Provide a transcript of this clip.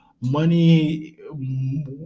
money